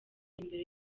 imbere